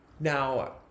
Now